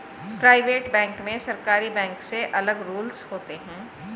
private bank में सरकारी bank से अलग रूल्स होते है